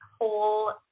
whole